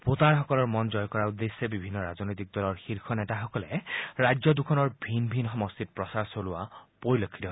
ভোটাৰসকলৰ মন জয় কৰাৰ উদ্দেশ্যে বিভিন্ন ৰাজনৈতিক দলৰ শীৰ্ষ নেতাসকলে ৰাজ্য দুখনৰ ভিন ভিন সমষ্টিত প্ৰচাৰ চলোৱা পৰিলক্ষিত হৈছে